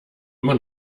immer